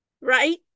Right